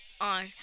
on